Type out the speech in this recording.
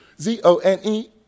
Z-O-N-E